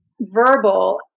verbal